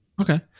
Okay